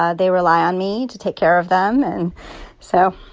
ah they rely on me to take care of them and so